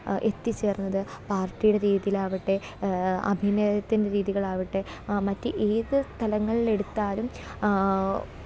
എത്തിച്ചേർന്നത് പാർട്ടിയുടെ രീതിയിലാകട്ടെ അഭിനയത്തിന്റെ രീതികളാകട്ടെ മറ്റ് ഏത് തലങ്ങളെടുത്താലും